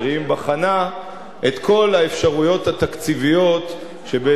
בחנה את כל האפשרויות התקציביות שבעזרתן